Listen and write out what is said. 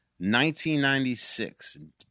1996